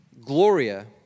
Gloria